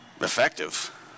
effective